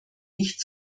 nicht